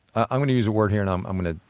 i'm going to use a word here, and um i'm going to,